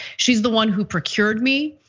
she's the one who procured me,